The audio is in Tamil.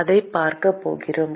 அதைப் பார்க்கப் போகிறோம்